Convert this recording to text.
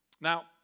Now